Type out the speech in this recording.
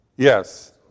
Yes